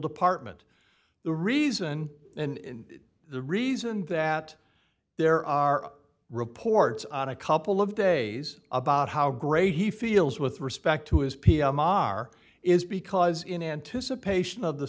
department the reason in the reason that there are reports on a couple of days about how great he feels with respect to his pm on are is because in anticipation of the